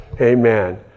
Amen